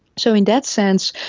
so in that sense,